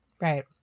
Right